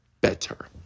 better